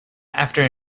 after